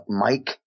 Mike